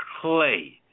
clay